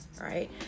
Right